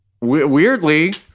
Weirdly